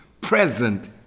present